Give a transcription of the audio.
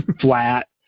flat